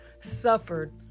suffered